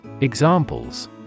Examples